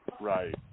Right